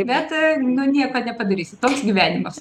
bet nu nieko nepadarysi toks gyvenimas